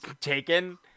taken